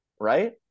Right